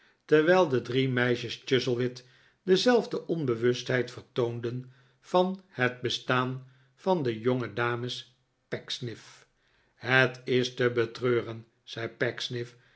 terwijl de drie meisjes chuzzlewit dezelfde onbewustheid vertoonden van het bestaan van de jongedames pecksniff het is te betreuren zei